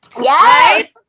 Yes